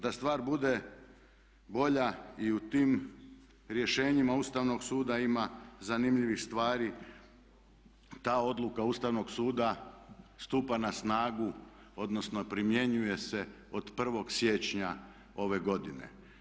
Da stvar bude bolja i u tim rješenjima Ustavnog suda ima zanimljivih stvari, ta odluka Ustavnog suda stupa na snagu, odnosno primjenjuje se od 1. siječnja ove godine.